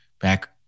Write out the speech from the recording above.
back